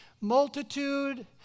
multitude